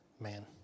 Man